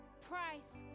Price